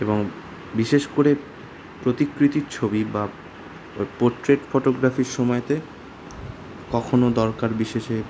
এবং বিশেষ করে প্রতিকৃতির ছবি বা ও পোর্ট্রেট ফোটোগ্রাফির সময়তে কখনও দরকার বিশেষে